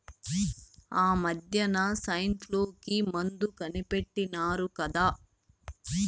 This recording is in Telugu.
ఆమద్దెన సైన్ఫ్లూ కి మందు కనిపెట్టినారు కదా